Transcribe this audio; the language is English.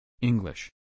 English